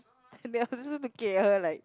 and I was just looking at her like